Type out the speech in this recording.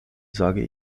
sage